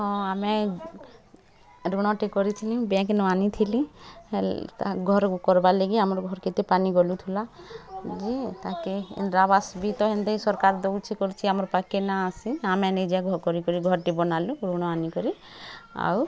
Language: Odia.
ହଁ ଆମେ ଋଣଟି କରିଥିନି ବ୍ୟାଙ୍କନ ଆନିଥିନି ହେଲ୍ ଘରକୁ କରବା ଲାଗି ଆମର୍ ଘର୍ କେତେ ପାନି ଗଲୁଥିଲା ଯେ ତାହାକେ ଇନ୍ଦିରା ଆବାସ୍ ବି ତ ହେନ୍ତି ସରକାର୍ ଦେଉଛି କରୁଛି ଆମକେ ପାଖକେ ନା ଆସି ଆମେ ନିଜେ ଘର୍ କରି କରି ଘରଟି ବନାଲୁ ଋଣ ଆନିକରି ଆଉ